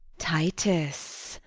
titus,